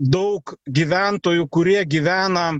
daug gyventojų kurie gyvena